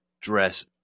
dress